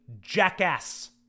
jackass